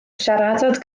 siaradodd